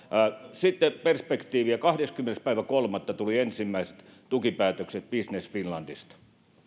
sitten perspektiiviä kahdeskymmenes kolmatta tulivat ensimmäiset tukipäätökset business finlandista